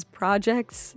projects